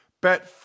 bet